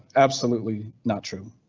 absolutely not true.